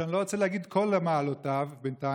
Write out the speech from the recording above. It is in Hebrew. שאני לא רוצה להגיד את כל מעלותיו בינתיים,